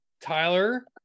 Tyler